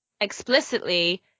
explicitly